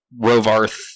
Rovarth